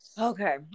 Okay